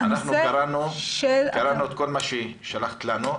קראנו את כל מה ששלחת לנו.